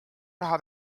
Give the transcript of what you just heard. raha